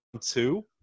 two